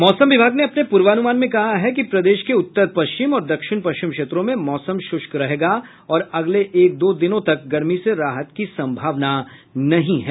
मौसम विभाग ने अपने पूर्वानुमान में कहा है कि प्रदेश के उत्तर पश्चिम और दक्षिण पश्चिम क्षेत्रों में मौसम शुष्क रहेगा और अगले एक दो दिनों तक गर्मी से राहत की संभावना नहीं है